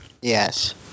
Yes